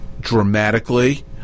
dramatically